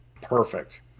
Perfect